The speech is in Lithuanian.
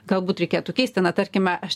galbūt reikėtų keisti na tarkime aš